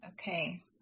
okay